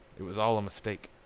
it was all a mistake.